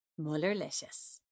Mullerlicious